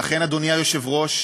ולכן, אדוני היושב-ראש,